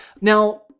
Now